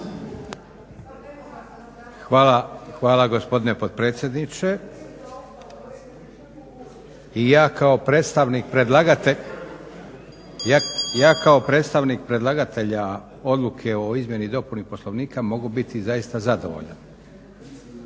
Hvala gospodine potpredsjedniče. I ja kao predstavnik predlagatelja Odluke o izmjeni i dopuni Poslovnika mogu biti zaista zadovoljan.